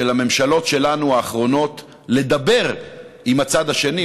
הממשלות האחרונות שלנו לדבר עם הצד השני,